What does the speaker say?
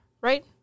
right